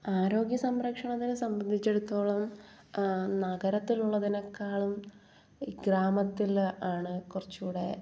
ആരോഗ്യ സംരക്ഷണത്തിനെ സംബന്ധിച്ചിടത്തോളം നഗരത്തിനുള്ളതിനേക്കാളും ഗ്രാമത്തിൽ ആണ് കുറച്ചും കൂടി